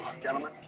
Gentlemen